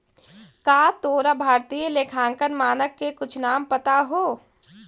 का तोरा भारतीय लेखांकन मानक के कुछ नाम पता हो?